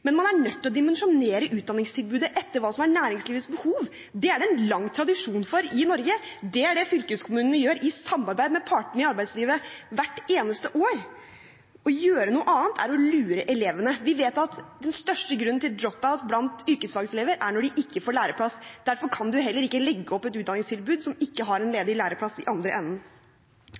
Men man er nødt til å dimensjonere utdanningstilbudet etter hva som er næringslivets behov. Det er det en lang tradisjon for i Norge, det er det fylkeskommunene gjør i samarbeid med partene i arbeidslivet hvert eneste år. Å gjøre noe annet er å lure elevene. Vi vet at den største grunnen til «dropout» blant yrkesfagselever er når de ikke får læreplass. Derfor kan man heller ikke legge opp et utdanningstilbud som ikke har en